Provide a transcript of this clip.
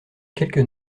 quelques